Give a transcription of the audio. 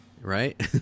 Right